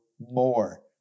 more